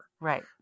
Right